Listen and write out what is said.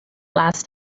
last